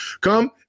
come